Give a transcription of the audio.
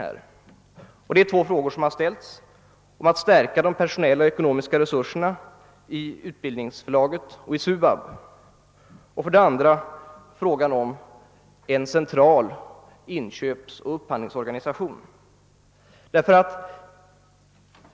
Det är två saker jag har tagit upp, dels frågan om en förstärkning av de ekonomiska och personella resurserna i Utbildningsförlaget och i SUAB, dels frågan om en central inköpsoch upphandlingsorganisation.